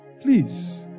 Please